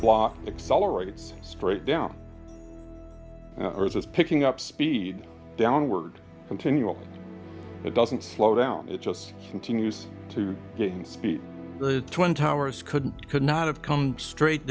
block accelerates straight down earth is picking up speed downward continually it doesn't slow down it just continues to spin the twin towers couldn't could not have come straight